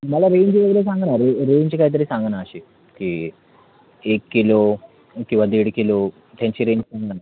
मला रेंज वगैरे सांगा ना रे रेंजची काही तरी सांगा ना अशी की एक किलो किंवा दीड किलो ह्यांची रेंज सांगा ना